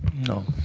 no.